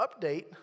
update